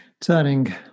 turning